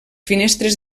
finestres